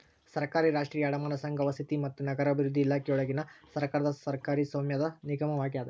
ಸರ್ಕಾರಿ ರಾಷ್ಟ್ರೀಯ ಅಡಮಾನ ಸಂಘ ವಸತಿ ಮತ್ತು ನಗರಾಭಿವೃದ್ಧಿ ಇಲಾಖೆಯೊಳಗಿನ ಸರ್ಕಾರದ ಸರ್ಕಾರಿ ಸ್ವಾಮ್ಯದ ನಿಗಮವಾಗ್ಯದ